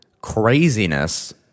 craziness